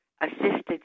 assisted